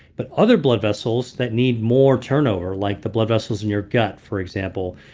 but other blood vessels that need more turnover, like the blood vessels in your gut for example,